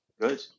good